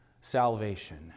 salvation